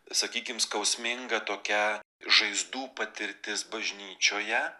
sakykima skausminga tokia žaizdų patirtis bažnyčioje